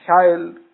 child